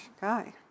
guy